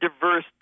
diverse